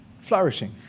Flourishing